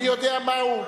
אני יודע מהו,